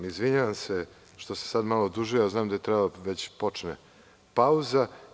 Izvinjavam se što sam sada malo odužio, znam da je trebalo već da počne pauza.